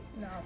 No